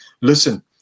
listen